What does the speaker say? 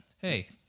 Hey